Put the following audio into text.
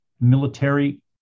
military